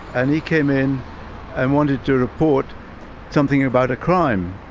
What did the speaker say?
and he came in and wanted to report something about a crime,